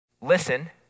Listen